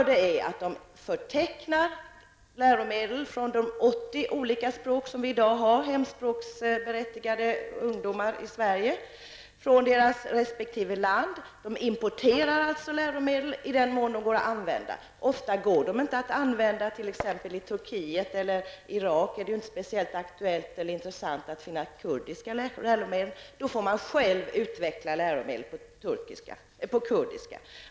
De förtecknar läromedel på de 80 olika språk som det i dag finns ungdomar i Sverige som är berättigade till hemspråksundervisning i, de importerar alltså läromedel i den mån det finns sådana som går att använda. Ofta går de inte att använda. Det är t.ex. inte speciellt aktuellt eller intressant att försöka finna kurdiska läromedel i Turkiet eller Irak. Då får man utveckla läromedel på kurdiska själv.